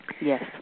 Yes